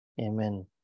Amen